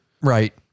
Right